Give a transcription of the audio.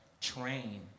train